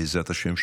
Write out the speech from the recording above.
בעזרת השם,